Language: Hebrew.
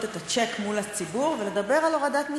את הצ'ק מול הציבור ולדבר על הורדת מסים.